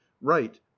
Right